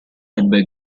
ebbe